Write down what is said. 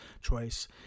choice